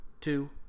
Two